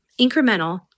incremental